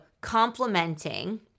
complementing